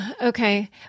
Okay